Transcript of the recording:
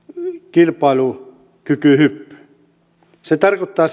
kilpailukykyhyppy se tarkoittaa